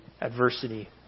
adversity